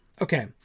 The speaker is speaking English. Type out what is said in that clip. Okay